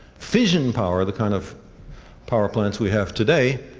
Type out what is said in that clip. fission power, the kind of power plants we have today,